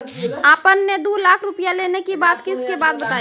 आपन ने दू लाख रुपिया लेने के बाद किस्त के बात बतायी?